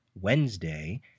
Wednesday